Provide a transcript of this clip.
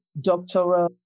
doctoral